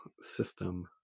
system